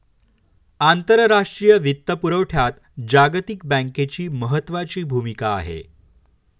आंतरराष्ट्रीय वित्तपुरवठ्यात जागतिक बँकेची महत्त्वाची भूमिका आहे